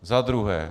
Za druhé.